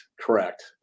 Correct